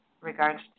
regards